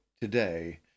today